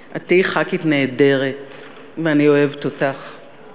עם הדרך שלה והיא חלק מההתחדשות של תנועת העבודה.